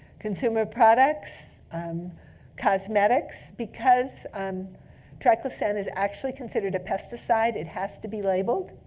consumer products um cosmetics. because um triclosan is actually considered a pesticide, it has to be labeled.